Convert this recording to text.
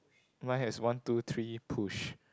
mine has one two three push